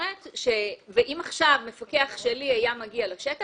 אם עכשיו מפקח שלי היה מגיע לשטח,